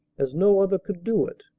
as no other could do it,